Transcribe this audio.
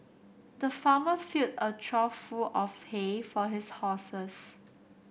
the farmer filled a trough full of hay for his horses